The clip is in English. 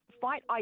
fight